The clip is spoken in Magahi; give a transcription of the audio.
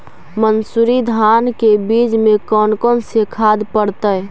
मंसूरी धान के बीज में कौन कौन से खाद पड़तै?